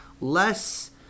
less